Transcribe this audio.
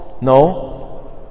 No